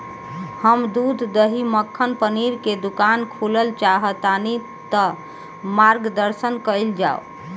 हम दूध दही मक्खन पनीर के दुकान खोलल चाहतानी ता मार्गदर्शन कइल जाव?